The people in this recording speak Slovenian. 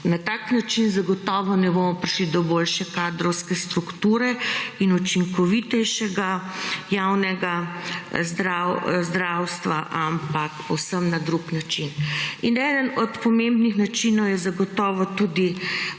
na tak način zagotovo ne omo prišli do boljše kadrovske strukture in učinkovitejšega javnega zdravstva, ampak povsem na drug način. In eden od pomembnih načinov je zagotovo tudi